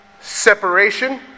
separation